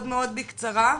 מאוד בקצרה.